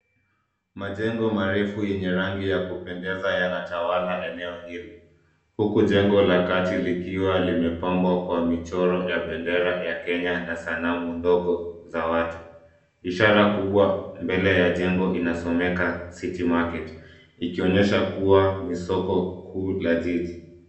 Majengo marefu yenye rangi yakupendeza yana tawala eneo hili, huku jengo la kati likiwa lime pambwa kwa michoro ya bendera ya Kenya na sanamu ndogo ya watu. Ishara kubwa mbele ya jengo ina someka City Market ikionyesha kuwa ni soko kuu la jiji.